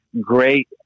great